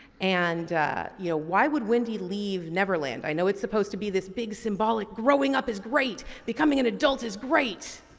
and yeah why would wendy leave neverland. i know it's supposed to be this big symbolic growing up is great, becoming an adult is great,